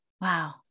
Wow